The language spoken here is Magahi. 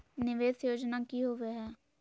निवेस योजना की होवे है?